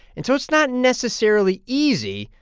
and so it's not necessarily easy,